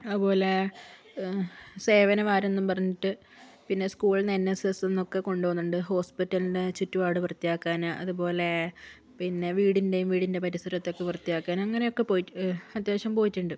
അതുപോലെ സേവന വാരമെന്നും പറഞ്ഞിട്ട് പിന്നെ സ്കൂളിൽ നിന്ന് എൻ എസ് എസ്സിനൊക്കെ കൊണ്ടുപോകുന്നുണ്ട് ഹോസ്പിറ്റലിന്റെ ചുറ്റുപാട് വൃത്തിയാക്കാൻ അതുപോലെ പിന്നെ വീടിന്റെയും വീടിന്റെ പരിസരത്തെ ഒക്കെ വൃത്തിയാക്കാൻ അങ്ങനെയൊക്കെ പോയിട്ട് അത്യാവശ്യം പോയിട്ടുണ്ട്